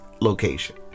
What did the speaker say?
location